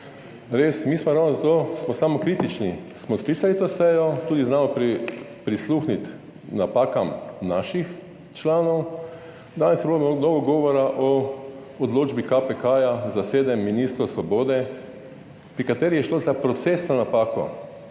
Res, mi smo ravno zato, smo samokritični, smo sklicali to sejo, tudi znamo prisluhniti napakam naših članov. Danes je bilo mnogo govora o odločbi KPK za sedem ministrov Svobode, pri kateri je šlo za procesno napako